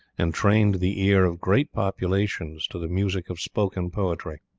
and trained the ear of great populations to the music of spoken poetry.